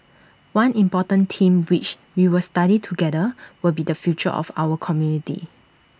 one important theme which we will study together will be the future of our community